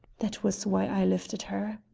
that was why i lifted her.